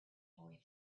boy